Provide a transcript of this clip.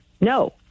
no